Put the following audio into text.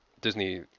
Disney